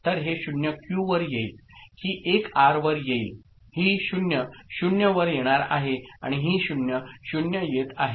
तर हे 0 क्यू वर येईल ही 1 आर वर येईल ही 0 0 वर येणार आहे आणि ही 0 0 येत आहे